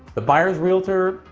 the buyers realtor,